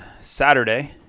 Saturday